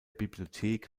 bibliothek